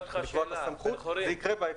זה יקרה.